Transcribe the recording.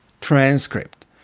Transcript